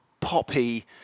poppy